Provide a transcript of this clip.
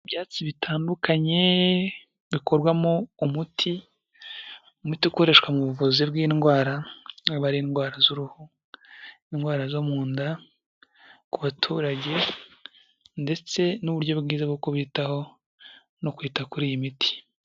Ibyatsi bitandukanye bikorwamo umuti, umuti ukoreshwa mu buvuzi bw'indwaraba akaba ari indwara z'uruhu, indwara zo mu nda, ku baturage, ndetse n'uburyo bwiza bwo kubitaho no kwita kuri iyi miti.